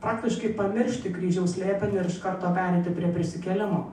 praktiškai pamiršti kryžiaus slėpinį ir iš karto pereiti prie prisikėlimo